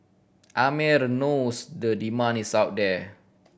Amer knows the demand is out there